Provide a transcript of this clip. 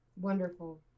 Wonderful